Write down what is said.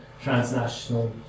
transnational